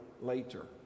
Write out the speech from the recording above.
later